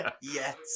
yes